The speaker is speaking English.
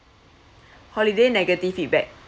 holiday negative feedback